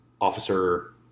officer